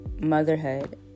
motherhood